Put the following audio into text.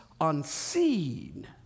unseen